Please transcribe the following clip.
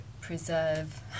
preserve